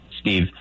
Steve